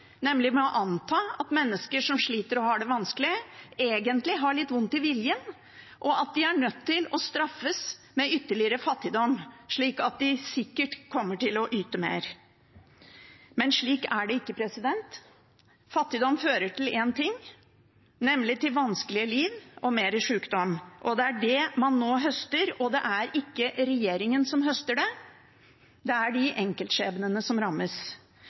nemlig med å anta at mennesker som sliter og har det vanskelig, egentlig har litt vondt i viljen, og at de er nødt til å straffes med ytterligere fattigdom, slik at de sikkert kommer til å yte mer. Men slik er det ikke. Fattigdom fører til én ting, nemlig vanskelige liv og mer sykdom. Det er det man nå høster, og det er ikke regjeringen som høster det – det gjør de enkeltskjebnene som rammes.